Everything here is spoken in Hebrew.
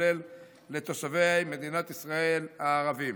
כולל לתושבי מדינת ישראל הערבים.